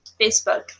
facebook